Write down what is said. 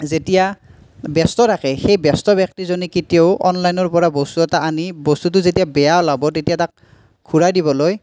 যেতিয়া ব্যস্ত থাকে সেই ব্যস্ত ব্যক্তিজনে কেতিয়াও অনলাইনৰপৰা বস্তু এটা আনি বস্তুটো যেতিয়া বেয়া ওলাব তেতিয়া তাক ঘূৰাই দিবলৈ